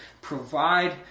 provide